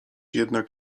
jednak